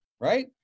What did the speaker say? right